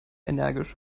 energisch